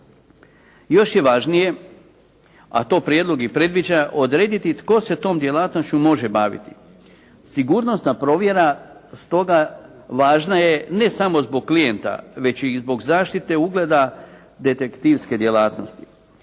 Još je važnije, a to prijedlog i predviđa, odrediti tko se tom djelatnošću može baviti. Sigurnosna provjera stoga važna je ne samo zbog klijenta, već i zbog zaštite ugleda detektivske djelatnosti.